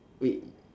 wait